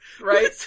Right